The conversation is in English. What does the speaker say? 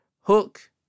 Hook